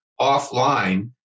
offline